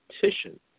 petition